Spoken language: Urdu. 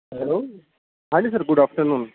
ہیلو ہاں جی سر گڈ آفٹر نون